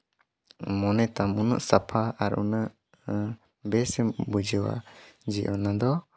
ᱢᱚᱱᱮ ᱛᱟᱢ ᱩᱱᱟᱹᱜ ᱥᱟᱯᱷᱟ ᱟᱨ ᱩᱱᱟᱹᱜ ᱵᱮᱥᱮᱢ ᱵᱩᱡᱷᱟᱹᱣᱟ ᱡᱮ ᱚᱱᱟ ᱫᱚ